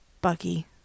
Bucky